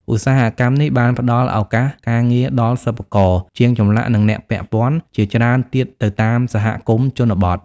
ឧស្សាហកម្មនេះបានផ្តល់ឱកាសការងារដល់ សិប្បករ ជាងចម្លាក់ និងអ្នកពាក់ព័ន្ធ ជាច្រើនទៀតនៅតាមសហគមន៍ជនបទ។